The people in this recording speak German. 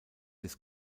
des